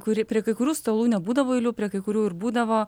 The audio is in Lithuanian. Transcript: kuri prie kai kurių stalų nebūdavo eilių prie kai kurių ir būdavo